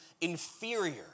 inferior